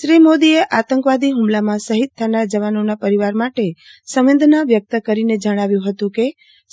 શ્રી મોદીએ આતંકવાદી હુમલામાં શહીદ થનાર જવાનોના પરીવાર માટે સંવેદના વ્યકત કરીને જણાવ્યું હતું કે